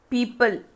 People